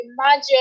Imagine